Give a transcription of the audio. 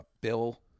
Bill